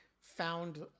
found